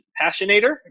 passionator